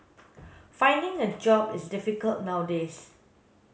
finding a job is difficult nowadays